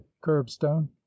curbstone